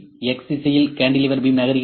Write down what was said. X திசையில் cantilever beam நகர்கிறது